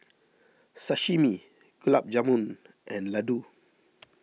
Sashimi Gulab Jamun and Ladoo